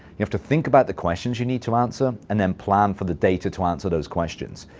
you have to think about the questions you need to answer and then plan for the data to answer those questions.